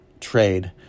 trade